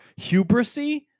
hubrisy